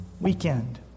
weekend